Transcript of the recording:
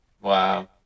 Wow